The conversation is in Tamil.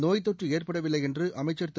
நோய்த்தொற்று ஏற்படவில்லை என்று அமைச்சள் திரு